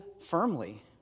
firmly